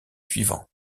suivant